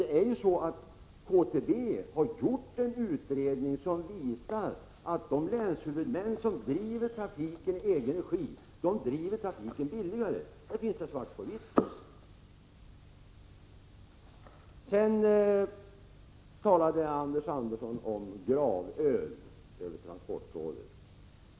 Det har gjorts en utredning som visar att de länshuvudmän som driver trafiken i egen regi driver den billigare. Det finns det svart på vitt på. Anders Andersson talade om gravöl över transportrådet.